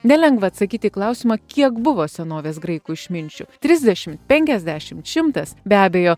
nelengva atsakyt į klausimą kiek buvo senovės graikų išminčių trisdešim penkiasdešim šimtas be abejo